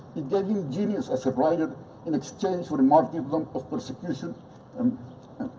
it gave him genius as a writer in exchange for a martyrdom of persecution and